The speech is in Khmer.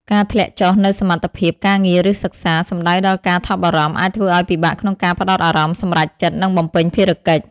ការធ្លាក់ចុះនូវសមត្ថភាពការងារឬសិក្សា សំដៅដល់ការថប់បារម្ភអាចធ្វើឱ្យពិបាកក្នុងការផ្តោតអារម្មណ៍ សម្រេចចិត្ត និងបំពេញភារកិច្ច។